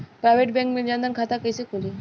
Private bank मे जन धन खाता कैसे खुली?